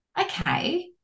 okay